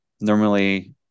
Normally